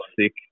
sick